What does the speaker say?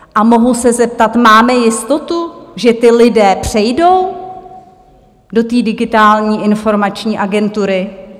A mohu se zeptat, máme jistotu, že ti lidé přejdou do Digitální informační agentury?